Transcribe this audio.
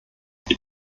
wir